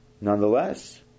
nonetheless